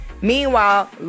Meanwhile